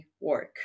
work